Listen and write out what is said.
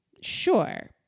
sure